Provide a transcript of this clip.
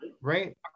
Right